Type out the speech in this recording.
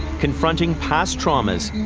confronting past traumas,